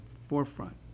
forefront